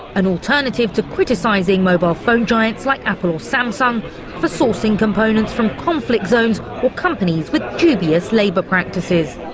an alternative to criticising mobile phone giants like apple or samsung for sourcing components from conflict zones or companies with dubious labour practices.